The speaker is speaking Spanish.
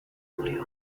murió